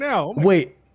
Wait